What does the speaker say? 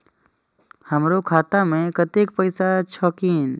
हमरो खाता में कतेक पैसा छकीन?